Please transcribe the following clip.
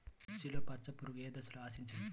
మిర్చిలో పచ్చ పురుగు ఏ దశలో ఆశించును?